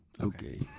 okay